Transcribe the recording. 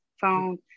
phone